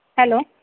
hello